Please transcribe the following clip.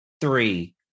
three